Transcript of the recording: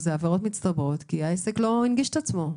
זה עבירות מצטברות כי העסק לא הנגיש את עצמו,